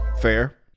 Fair